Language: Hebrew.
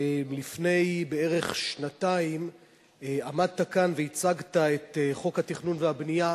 לפני בערך שנתיים עמדת כאן והצגת את חוק התכנון והבנייה